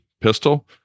pistol